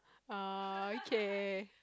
oh okay